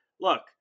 look